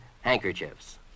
handkerchiefs